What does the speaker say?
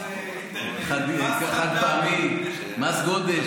מס גודש,